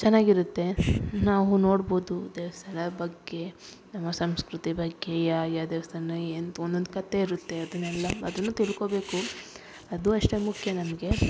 ಚೆನ್ನಾಗಿರುತ್ತೆ ನಾವು ನೋಡ್ಬೋದು ದೇವಸ್ತಾನ ಬಗ್ಗೆ ನಮ್ಮ ಸಂಸ್ಕೃತಿ ಬಗ್ಗೆ ಯಾಯ ದೇವಸ್ತಾನ ಎಂತ ಒಂದೊಂದು ಕಥೆ ಇರುತ್ತೆ ಅದನ್ನೆಲ್ಲ ಅದನ್ನು ತಿಳ್ಕೋಬೇಕು ಅದು ಅಷ್ಟೆ ಮುಖ್ಯ ನಮಗೆ